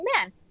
man